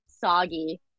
soggy